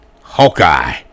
Hawkeye